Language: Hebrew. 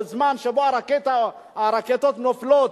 בזמן שבו הרקטות נופלות,